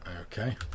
okay